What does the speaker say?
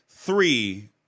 three